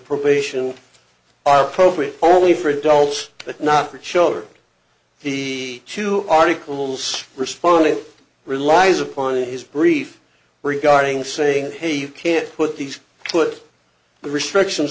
probation are appropriate only for adults but not for showed the two articles responding relies upon his brief regarding saying hey you can't put these put the restrictions